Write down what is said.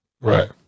Right